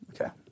Okay